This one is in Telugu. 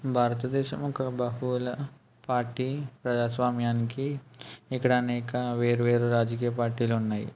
భారతదేశం ఒక బహుళ పార్టీ ప్రజాస్వామ్యానికి ఇక్కడ అనేక వేరు వేరు రాజకీయ పార్టీలు ఉన్నాయి